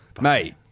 Mate